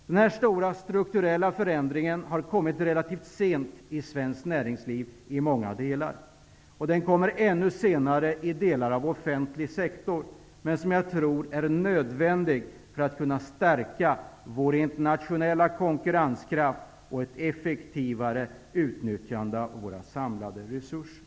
Den här stora strukturella förändringen har kommit relativt sent i många delar inom svenskt näringsliv, och den kommer ännu senare i delar av offentlig sektor, men jag tror att den är nödvändig för att förstärka vår internationella konkurrenskraft och ett effektivare utnyttjande av våra samlade resurser.